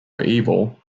evil